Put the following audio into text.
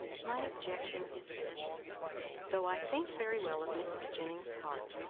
my objection is this though i think very well of mrs. jennings's heart,